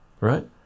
right